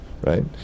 right